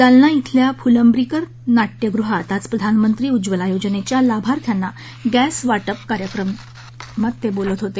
जालना इथल्या फुलंब्रीकर नाट्यगृहात आज प्रधानमंत्री उज्ज्वला योजनेच्या लाभार्थ्यांना गस्तिवाटप कार्यक्रमात ते बोलत होते